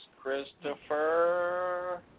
Christopher